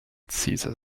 cesar